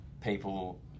people